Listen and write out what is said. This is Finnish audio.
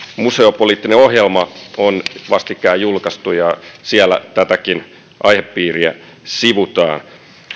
museopoliittinen ohjelma on vastikään julkaistu ja siellä tätäkin aihepiiriä sivutaan